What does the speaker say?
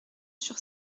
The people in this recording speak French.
sur